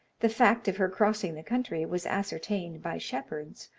the fact of her crossing the country was ascertained by shepherds,